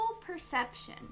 perception